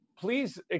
please